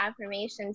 affirmations